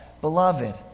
beloved